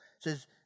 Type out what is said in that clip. says